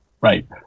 right